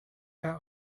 out